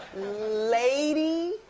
lady.